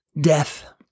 death